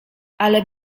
ale